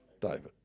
david